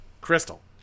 Crystal